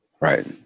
Right